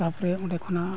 ᱛᱟᱯᱚᱨᱮ ᱚᱸᱰᱮ ᱠᱷᱚᱱᱟᱜ